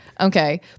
Okay